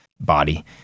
body